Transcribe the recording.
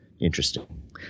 Interesting